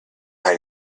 had